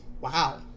wow